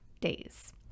days